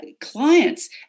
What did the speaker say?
Clients